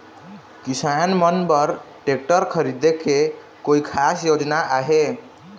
किसान मन बर ट्रैक्टर खरीदे के कोई खास योजना आहे?